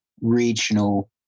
regional